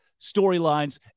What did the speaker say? storylines